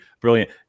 brilliant